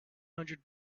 hundred